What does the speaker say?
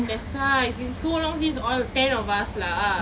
that's why it's been so long since all ten of us lah